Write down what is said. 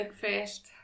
first